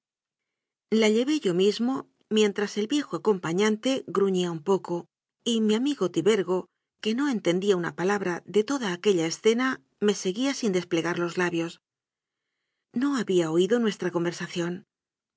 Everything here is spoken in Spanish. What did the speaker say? la llevé yo mismo mientras el viejo acompa ñante gruñía un poco y mi amigo tibergo que no entendía una palabra de toda aquella escena me seguía sin desplegar los labios no había oído nuestra conversación